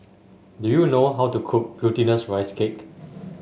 do you know how to cook Glutinous Rice Cake